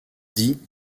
dit